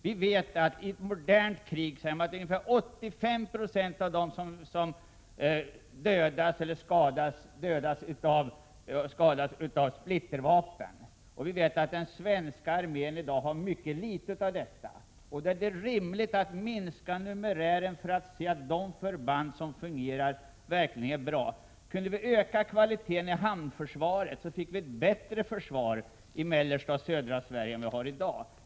Vi vet att av dem som dödas eller skadas i ett modernt krig är det ungefär 85 90 som dödas eller skadas av splittervapen, och vi vet att den svenska armén i dag har mycket litet skydd mot sådana vapen. Då är det rimligt att minska numerären för att se till att de förband som finns verkligen fungerar bra. Kunde vi öka kvaliteten i hamnförsvaret finge vi ett bättre försvar i mellersta och södra Sverige än vi har i dag.